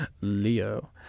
Leo